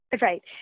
Right